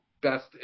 best